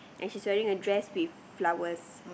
and she's wearing a dress with flowers